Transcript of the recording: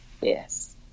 Yes